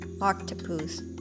Octopus